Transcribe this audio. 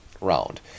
round